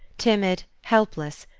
timid, helpless,